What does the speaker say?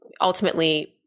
ultimately